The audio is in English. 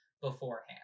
beforehand